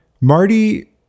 Marty